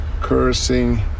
cursing